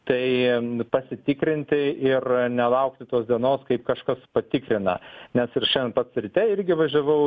tai pasitikrinti ir nelaukti tos dienos kaip kažkas patikrina nes ir šian pats ryte irgi važiavau